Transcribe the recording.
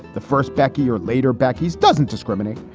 the first bheki or later back, he's doesn't discriminate.